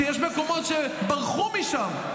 ויש מקומות שברחו משם.